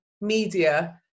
Media